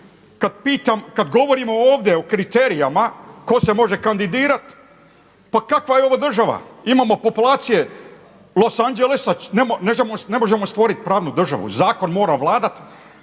kad govorimo ovdje o kriterijima tko se može kandidirat, pa kakva je ovo država? Imamo populacije Los Angelesa, ne možemo stvorit pravnu državu. Zakon mora vladat.